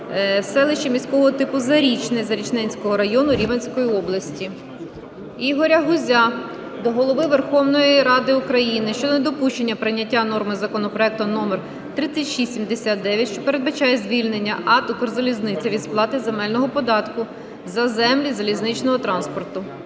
селищі міського типу Зарічне Зарічненського району Рівненської області. Ігоря Гузя до Голови Верховної Ради України щодо недопущення прийняття норми законопроекту № 3679, що передбачає звільнення АТ "Укрзалізниця" від сплати земельного податку за землі залізничного транспорту.